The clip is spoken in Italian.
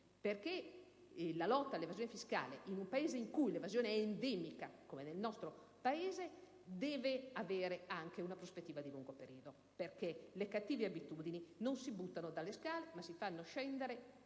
Perché la lotta all'evasione fiscale in un Paese in cui l'evasione è endemica deve avere una prospettiva di lungo periodo. Le cattive abitudini non si buttano dalle scale, ma si fanno scendere